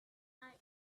anyone